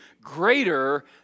greater